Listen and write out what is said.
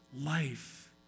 life